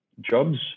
jobs